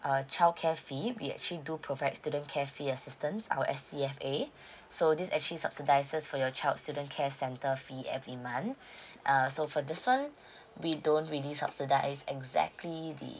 uh childcare fee we actually do provide student care assistance our S_C_F_A so this actually subsidises for your child student care center fee every month err so for this one we don't really subsidise exactly the